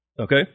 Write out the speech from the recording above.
Okay